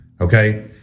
okay